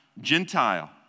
Gentile